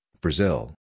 Brazil